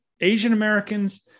Asian-Americans